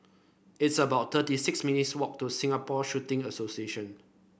it's about thirty six minutes' walk to Singapore Shooting Association